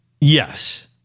Yes